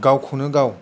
गावखौनो गाव